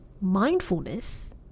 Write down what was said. mindfulness